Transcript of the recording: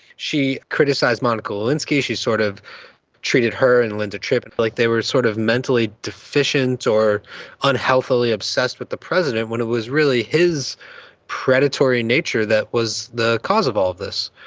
she criticised monica lewinsky. she sort of treated her and linda tripp and like they were sort of mentally deficient or unhealthily obsessed with the president, when it was really his predatory nature that was the cause of all of this.